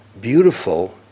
beautiful